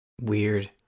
Weird